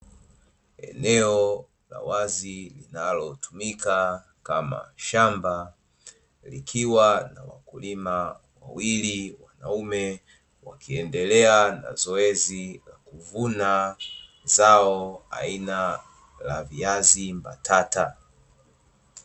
Eneo la wazi linalotumika kama shamba likiwa na wakulima wawili wanaume, wakiendelea na zoezi la kuvuna zao aina la viazi mbatata.